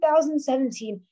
2017